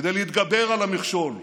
כדי להתגבר על המכשול,